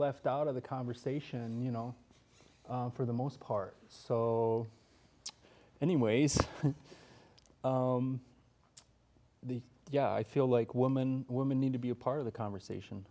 left out of the conversation you know for the most part so anyways the yeah i feel like women women need to be a part of the conversation